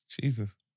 Jesus